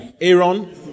Aaron